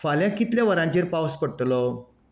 फाल्यां कितल्या वरांचेर पावस पडटलो